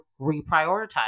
reprioritize